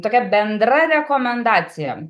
tokia bendra rekomendacija